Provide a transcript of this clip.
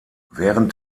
während